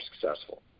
successful